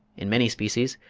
in many species,